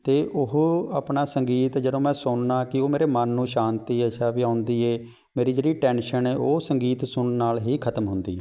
ਅਤੇ ਉਹ ਆਪਣਾ ਸੰਗੀਤ ਜਦੋਂ ਮੈਂ ਸੁਣਨਾ ਕਿ ਉਹ ਮੇਰੇ ਮਨ ਨੂੰ ਸ਼ਾਂਤੀ ਅੱਛਾ ਵੀ ਆਉਂਦੀ ਏ ਮੇਰੀ ਜਿਹੜੀ ਟੈਨਸ਼ਨ ਏ ਉਹ ਸੰਗੀਤ ਸੁਣਨ ਨਾਲ ਹੀ ਖਤਮ ਹੁੰਦੀ